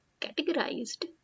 categorized